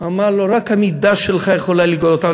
אמר לו: רק המידה שלך יכולה לגאול אותם.